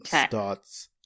starts